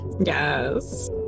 Yes